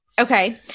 Okay